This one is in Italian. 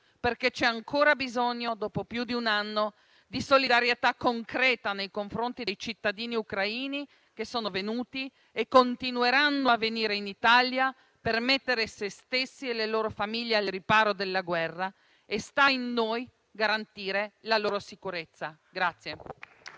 perché c'è ancora bisogno, dopo più di un anno, di solidarietà concreta nei confronti dei cittadini ucraini che sono venuti e continueranno a venire in Italia per mettere se stessi e le loro famiglie al riparo dalla guerra. Sta a noi garantire la loro sicurezza.